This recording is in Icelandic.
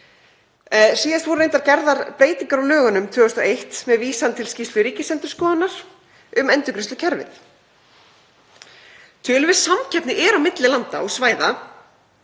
Síðast voru reyndar gerðar breytingar á lögunum 2001 með vísan til skýrslu Ríkisendurskoðunar um endurgreiðslukerfið. Töluverð samkeppni er á milli landa og svæða